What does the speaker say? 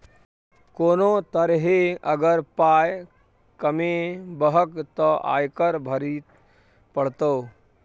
कोनो तरहे अगर पाय कमेबहक तँ आयकर भरइये पड़त